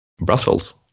Brussels